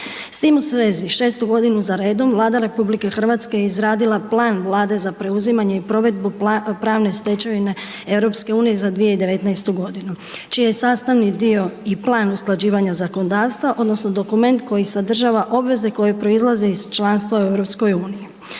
S tim u svezi 6 godinu za redom Vlada RH je izradila plan Vlade za preuzimanje i provedbu pravne stečevine EU za 2019. godinu čiji je sastavni dio i plan usklađivanja zakonodavstva odnosno dokument koji sadržava obveze koje proizlaze iz članstva u EU.